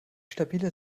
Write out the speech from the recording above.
stabile